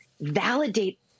validate